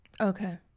Okay